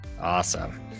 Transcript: Awesome